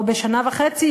או שנה וחצי,